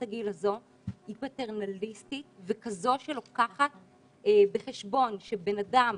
הגיל הזו היא פטרנליסטית וכזו שלוקחת בחשבון שבן אדם